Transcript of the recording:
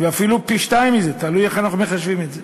ואפילו פי-שניים, תלוי איך אנחנו מחשבים את זה.